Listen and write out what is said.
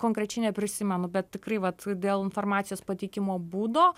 konkrečiai neprisimenu bet tikrai vat dėl informacijos pateikimo būdo